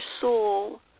soul